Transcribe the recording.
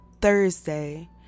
Thursday